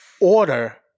order